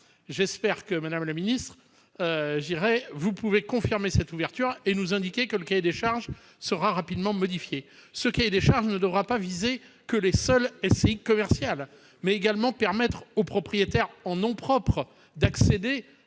J'espère, madame la secrétaire d'État, que vous pourrez confirmer cette ouverture et nous indiquer que le cahier des charges sera rapidement modifié. Ce cahier des charges ne devra pas viser que les seules SCI commerciales, il devra également permettre aux propriétaires en nom propre d'accéder